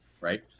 right